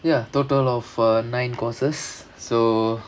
ya total of a nine courses so